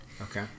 Okay